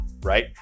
right